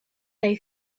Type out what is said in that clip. they